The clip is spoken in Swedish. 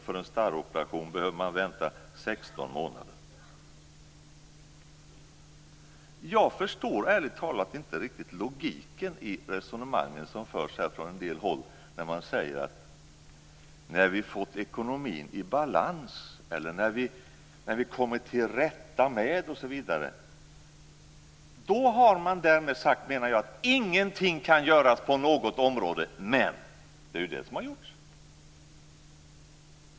För en starroperation behöver man vänta Jag förstår ärligt talat inte riktigt logiken i de resonemang som här förs från en del håll, där man säger: "när vi fått ekonomin i balans", "när vi kommit till rätta med ekonomin" osv. Jag menar att man därmed har sagt att ingenting kan göras på något område. Det är också det som har skett.